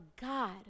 God